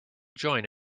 join